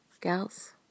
Gals